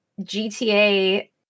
GTA